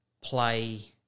play